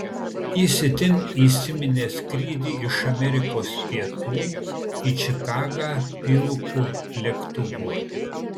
jis itin įsiminė skrydį iš amerikos pietų į čikagą pilku lėktuvu